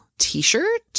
t-shirt